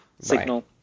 Signal